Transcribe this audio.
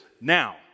now